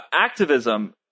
Activism